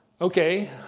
Okay